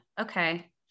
Okay